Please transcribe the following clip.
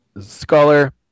scholar